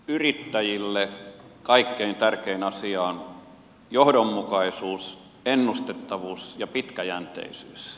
yrittäjille kaikkein tärkein asia on johdonmukaisuus ennustettavuus ja pitkäjänteisyys